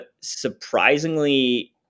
surprisingly